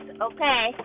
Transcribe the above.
okay